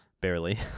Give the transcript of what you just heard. barely